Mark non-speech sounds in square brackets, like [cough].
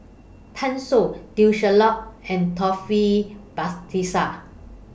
Pan Shou Teo Ser Luck and Taufik [unintelligible]